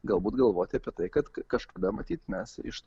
galbūt galvoti apie tai kad kažkada matyt mes iš